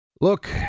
look